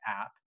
app